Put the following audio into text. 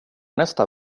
nästa